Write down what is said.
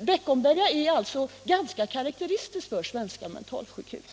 Beckomberga är alltså ganska karakteristiskt för svenska mentalsjukhus.